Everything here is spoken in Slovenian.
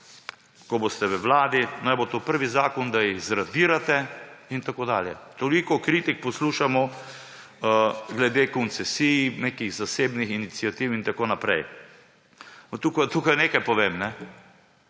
ko boste v Vladi, prvi zakon to, da jih zradirate in tako dalje. Toliko kritik poslušamo glede koncesij, nekih zasebnih iniciativ in tako naprej. Tukaj nekaj povem.